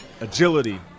agility